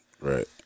Right